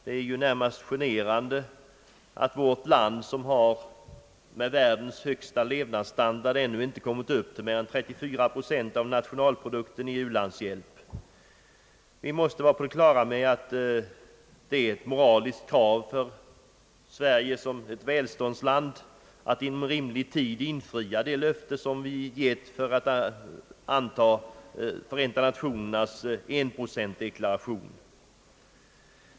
Det är närmast generande att vårt land som har världens nästan högsta levnadsstandard ännu inte kommit upp till mer än 0,34 procent av nationalprodukten i u-landsbiståndet. Vi måste vara på det klara med att det är ett moraliskt krav på Sverige som ett välståndsland att inom rimlig tid infria det löfte som vi gett genom att anta FN:s 1-procentsdeklaration.